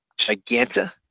Giganta